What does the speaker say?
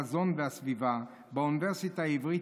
מזון וסביבה באוניברסיטה העברית,